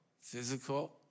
physical